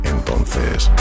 Entonces